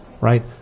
right